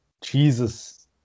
Jesus